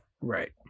Right